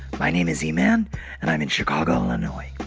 my name is eman, and i'm in chicago, ill. and